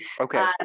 Okay